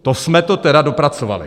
To jsme to tedy dopracovali!